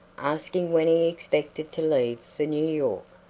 asking when he expected to leave for new york.